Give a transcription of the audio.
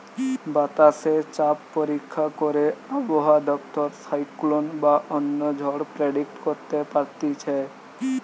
বাতাসে চাপ পরীক্ষা করে আবহাওয়া দপ্তর সাইক্লোন বা অন্য ঝড় প্রেডিক্ট করতে পারতিছে